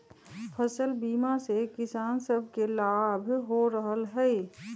फसल बीमा से किसान सभके लाभ हो रहल हइ